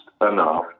enough